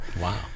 Wow